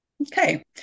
Okay